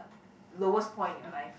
lowest point in your life